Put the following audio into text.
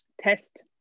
test